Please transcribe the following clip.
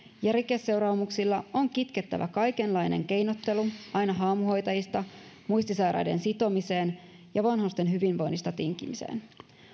ja rikosseuraamuksilla on kitkettävä kaikenlainen keinottelu aina haamuhoitajista muistisairaiden sitomiseen ja vanhusten hyvinvoinnista tinkimiseen